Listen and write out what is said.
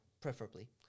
preferably